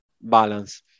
balance